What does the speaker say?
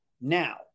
now